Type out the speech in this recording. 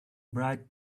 bright